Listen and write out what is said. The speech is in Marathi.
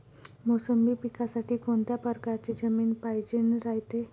मोसंबी पिकासाठी कोनत्या परकारची जमीन पायजेन रायते?